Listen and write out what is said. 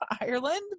Ireland